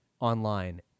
online